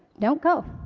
don't go.